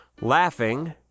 Laughing